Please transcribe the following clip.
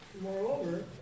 Moreover